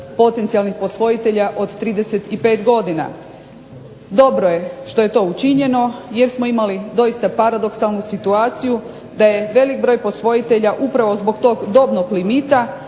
potencijalnih posvojitelja od 35 godina. Dobro je što je to učinjeno jer smo imali doista paradoksalnu situaciju da je velik broj posvojitelja upravo zbog tog dobnog limita